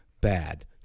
bad